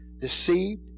deceived